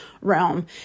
realm